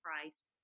Christ